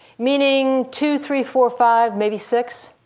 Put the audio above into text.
meaning two, three, four, five, maybe six.